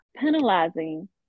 penalizing